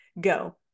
Go